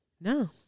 No